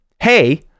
hey